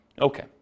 Okay